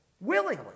willingly